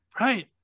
right